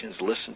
listen